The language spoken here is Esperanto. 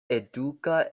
eduka